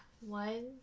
One